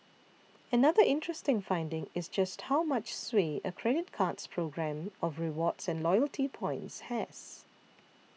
another interesting finding is just how much sway a credit card's programme of rewards and loyalty points has